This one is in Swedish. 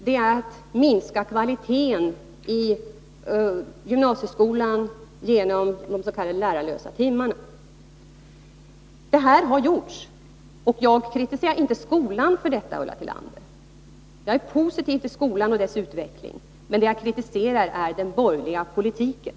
Det är att minska kvaliteten i gymnasieskolan genom de s.k. lärarlösa timmarna. Jag kritiserar inte skolan för att detta har gjorts och görs, Ulla Tillander. Jag är positiv till skolan och dess utveckling. Men jag kritiserar den borgerliga politiken.